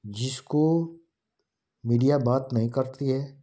जिसको मीडिया बात नहीं करती है